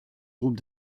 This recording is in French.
groupe